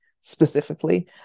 specifically